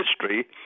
history